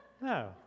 No